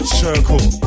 circle